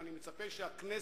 ואני מצפה שהכנסת,